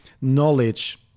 knowledge